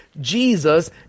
Jesus